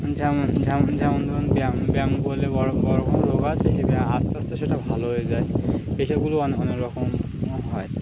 যেমন যেমন যেমন ধরুন ব্যায়াম ব্যায়াম করলে বড় বড় রোগ আছে সে ব্যায়াম আস্তে আস্তে সেটা ভালো হয়ে যায় এসেগুলো অনেক রকম হয়